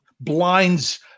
blinds